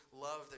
love